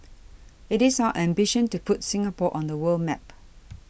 it is our ambition to put Singapore on the world map